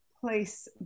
place